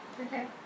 Okay